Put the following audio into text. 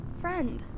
friend